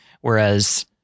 Whereas